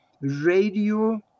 radio